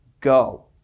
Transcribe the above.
go